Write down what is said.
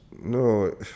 No